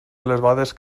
elevades